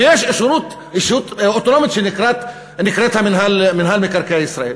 ויש ישות אוטונומית שנקראת מינהל מקרקעי ישראל.